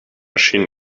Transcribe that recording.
maschinen